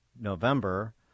November